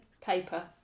paper